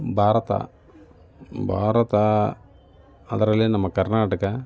ಭಾರತ ಭಾರತ ಅದರಲ್ಲಿ ನಮ್ಮ ಕರ್ನಾಟಕ